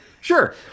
Sure